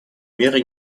меры